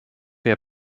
via